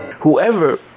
Whoever